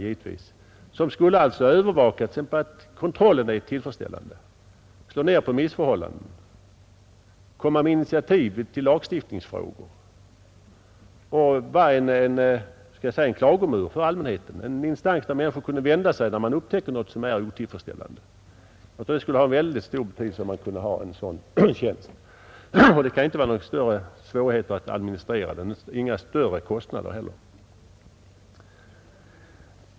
Han skulle övervaka exempelvis att kontrollen är tillfredsställande, han skulle slå ned på missförhållanden och ta initiativ i lagstiftningsfrågor. Han skulle också vara så att säga en klagomur för allmänheten, en instans dit man kunde vända sig när man upptäcker något som är otillfredsställande. Jag tror det skulle bli av mycket stor betydelse om man kunde inrätta en sådan tjänst. Det kan ju inte vara någon större svårighet att administrera den och inte medföra några större kostnader heller.